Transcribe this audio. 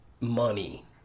money